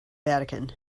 vatican